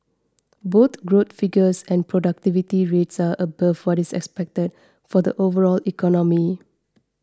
both growth figures and productivity rates are above what is expected for the overall economy